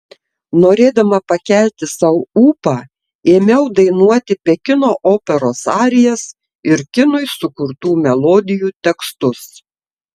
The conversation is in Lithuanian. norėdama pakelti sau ūpą ėmiau dainuoti pekino operos arijas ir kinui sukurtų melodijų tekstus